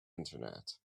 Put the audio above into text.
internet